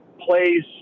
plays